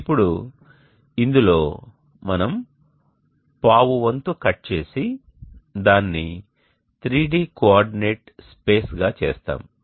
ఇప్పుడు ఇందులో మనం పావు వంతు కట్ చేసి దానిని 3D కోఆర్డినేట్ స్పేస్గా చేస్తాము